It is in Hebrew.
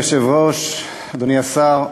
אדוני היושב-ראש, אדוני השר,